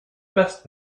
best